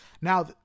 Now